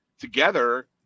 together